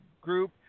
group